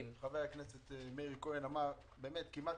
שחבר הכנסת מאיר כהן דיבר באמת כמעט